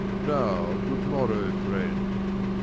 now, good morrow, friends.